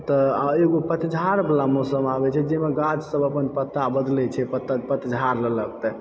तऽ एगो पतझर बला मौसम आबै छै जाहिमे गाछ सब अपन पत्ता बदलै छै पतझर लेलक तऽ